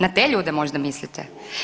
Na te ljude možda mislite?